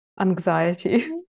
anxiety